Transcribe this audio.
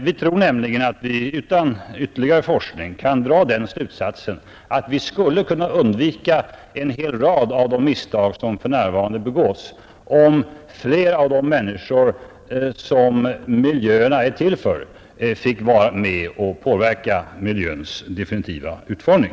Vi tror nämligen att vi utan ytterligare forskning kan dra den slutsatsen att vi skulle kunna undvika en hel rad av de misstag som för närvarande begås, om flera av de människor vi bygger för fick vara med att påverka miljöns definitiva utformning.